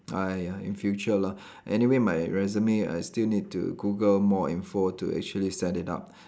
!aiya! in future lah anyway my resume I still need to Google more info to actually set it up